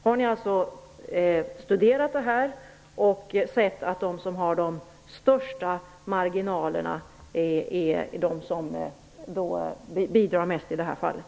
Har ni alltså studerat detta och sett att de som har de största marginalerna är de som bidrar mest i det här fallet?